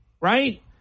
right